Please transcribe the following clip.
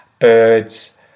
birds